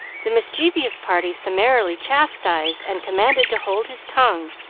the mischievous party summarily chastised and commanded to hold his tongue,